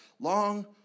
long